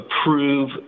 approve